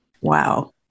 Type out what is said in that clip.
Wow